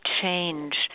change